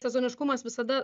sezoniškumas visada